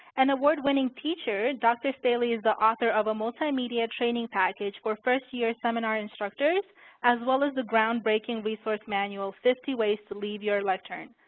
an award winning teacher, dr. staley is the author of a multimedia training package for first-year seminar instructors as well as the ground-breaking resource manual fifty ways to leave your lectern.